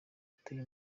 wateye